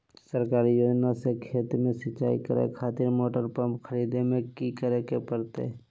सरकारी योजना से खेत में सिंचाई करे खातिर मोटर पंप खरीदे में की करे परतय?